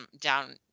down